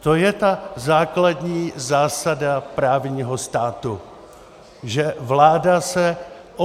To je ta základní zásada právního státu, že vláda